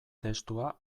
testua